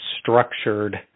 structured